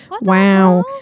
wow